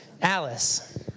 Alice